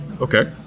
Okay